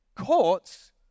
courts